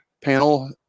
panel